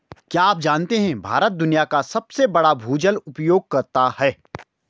क्या आप जानते है भारत दुनिया का सबसे बड़ा भूजल उपयोगकर्ता है?